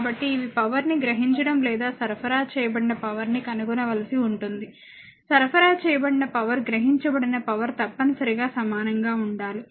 కాబట్టి ఇవి పవర్ ని గ్రహించడం లేదా సరఫరా చేయబడిన పవర్ ని కనుగొనవలసి ఉంటుంది సరఫరా చేయబడిన పవర్ గ్రహించబడిన పవర్ తప్పనిసరిగా సమానంగా ఉండాలి